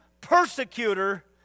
persecutor